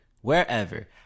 Wherever